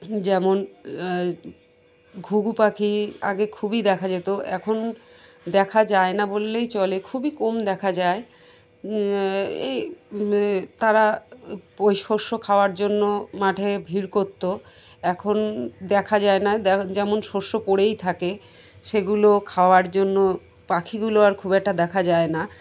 যেমন ঘুঘু পাখি আগে খুবই দেখা যেত এখন দেখা যায় না বললেই চলে খুবই কম দেখা যায় এই তারা ওই শস্য খাওয়ার জন্য মাঠে ভিড় করতো এখন দেখা যায় না যেমন শস্য পড়েই থাকে সেগুলো খাওয়ার জন্য পাখিগুলো আর খুব একটা দেখা যায় না